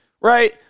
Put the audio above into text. Right